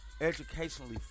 educationally